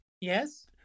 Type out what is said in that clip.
Yes